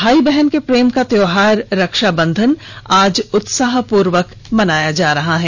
भाई बहन के प्रेम का त्योहार रक्षा बंधन आज उत्साह पूर्वक मनाया जा रहा है